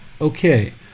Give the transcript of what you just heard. Okay